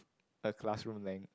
a classroom length